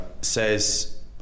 says